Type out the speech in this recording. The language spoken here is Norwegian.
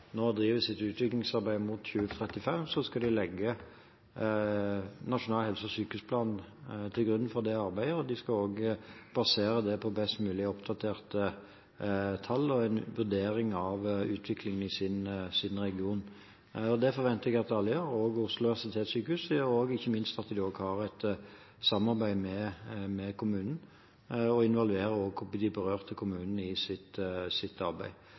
driver sitt utviklingsarbeid fram mot 2035, skal de legge Nasjonal helse- og sykehusplan til grunn for det arbeidet, og de skal også basere det på best mulig oppdaterte tall og en vurdering av utviklingen i sin region. Det forventer jeg at alle gjør, også Oslo universitetssykehus, og ikke minst at de også har et samarbeid med kommunen og involverer de berørte kommunene i sitt arbeid. Så er det mange ulike faser av den typen arbeid,